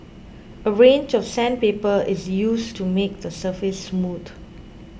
a range of sandpaper is used to make the surface smooth